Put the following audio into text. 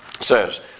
says